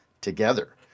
together